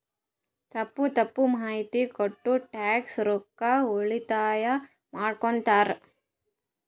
ತಪ್ಪ ತಪ್ಪ ಮಾಹಿತಿ ಕೊಟ್ಟು ಟ್ಯಾಕ್ಸ್ ರೊಕ್ಕಾ ಉಳಿತಾಯ ಮಾಡ್ಕೊತ್ತಾರ್